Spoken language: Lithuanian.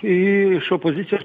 iš opozicijos